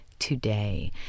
today